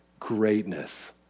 Greatness